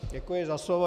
Děkuji za slovo.